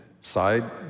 side